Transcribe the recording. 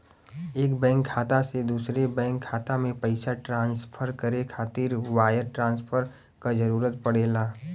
एक बैंक खाता से दूसरे बैंक खाता में पइसा ट्रांसफर करे खातिर वायर ट्रांसफर क जरूरत पड़ेला